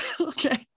Okay